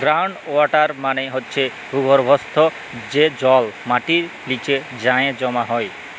ground water মালে হছে ভূগর্ভস্থ যে জল মাটির লিচে যাঁয়ে জমা হয়